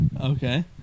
Okay